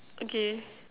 okay